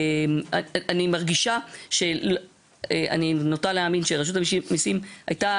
אני מרגישה ואני נוטה להאמין שרשות המיסים הייתה